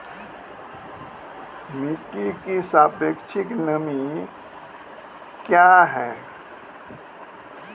मिटी की सापेक्षिक नमी कया हैं?